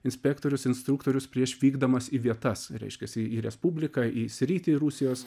inspektorius instruktorius prieš vykdamas į vietas reiškiasi į respubliką į sritį rusijos